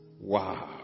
Wow